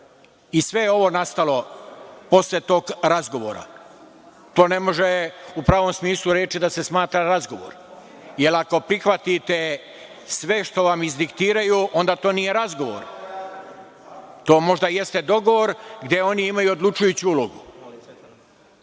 Sve je ovo nastalo posle tog razgovora. To ne može u pravom smislu reči da se smatra razgovorom, jer ako prihvatite sve što vam izdiktiraju, onda to nije razgovor. To možda jeste dogovor gde oni imaju odlučujuću ulogu.